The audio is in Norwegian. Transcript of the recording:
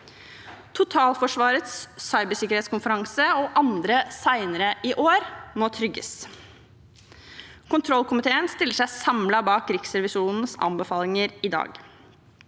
Totalforsvarets cybersikkerhetskonferanse og andre konferanser senere i år må trygges. Kontrollkomiteen stiller seg samlet bak Riksrevisjonens anbefalinger i dag.